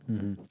mmhmm